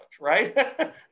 right